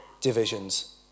divisions